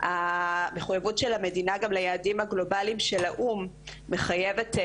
המחויבות של המדינה ליעדים הגלובליים של האו"ם מחייבת גם